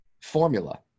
formula